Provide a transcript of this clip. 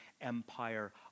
empire